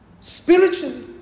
Spiritually